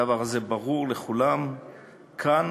הדבר הזה ברור לכולם כאן,